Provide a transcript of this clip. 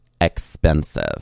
expensive